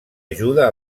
ajuda